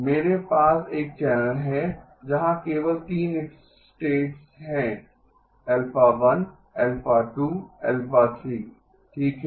मेरे पास एक चैनल है जहां केवल 3 स्टेट्स हैं α 1 α 2 α3 ठीक है